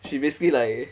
she basically like